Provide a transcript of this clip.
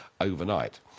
overnight